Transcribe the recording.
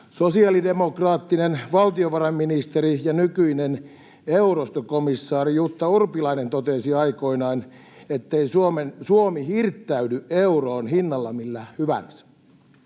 Sosiaalidemokraattinen valtiovarainministeri ja nykyinen eurostokomissaari Jutta Urpilainen totesi aikoinaan, ettei Suomi hirttäydy euroon hinnalla millä hyvänsä.